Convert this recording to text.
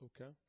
Okay